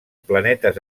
planetes